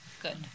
good